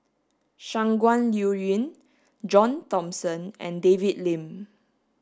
Shangguan Liuyun John Thomson and David Lim